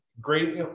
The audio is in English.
great